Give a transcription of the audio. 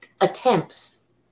Attempts